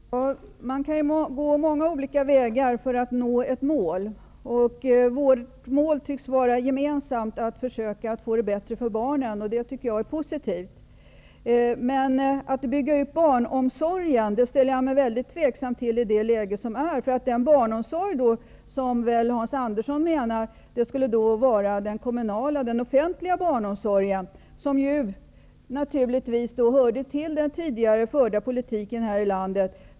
Herr talman! Man kan ju gå många olika vägar för att nå ett mål. Vårt mål tycks vara gemensamt, nämligen att försöka att få det bättre för barnen. Jag tycker att det är positivt. Men jag ställer mig mycket tveksam till att bygga ut barnomsorgen i detta läge. Hans Andersson menar väl den kommunala, den offentliga barnomsorgen. Den hörde naturligtvis till den tidigare förda politiken här i landet.